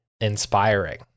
inspiring